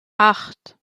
acht